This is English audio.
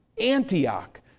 Antioch